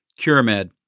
Curamed